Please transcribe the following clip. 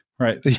Right